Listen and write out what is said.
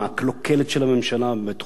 של הממשלה בתחום המסים,